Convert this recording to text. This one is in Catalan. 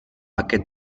aquest